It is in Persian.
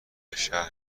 شهر